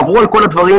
עברו על כל הדברים,